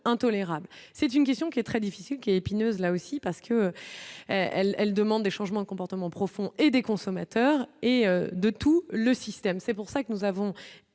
c'est une question qui est très difficile qui est épineuse, là aussi, parce que elles, elles demandent des changements de comportement profond et des consommateurs et de tout le système, c'est pour ça que nous avons